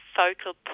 focal